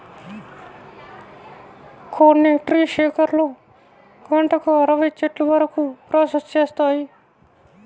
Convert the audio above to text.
కొన్ని ట్రీ షేకర్లు గంటకు అరవై చెట్ల వరకు ప్రాసెస్ చేస్తాయి